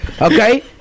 okay